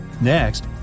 Next